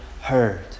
heard